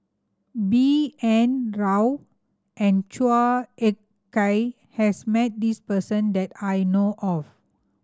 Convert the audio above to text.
B N Rao and Chua Ek Kay has met this person that I know of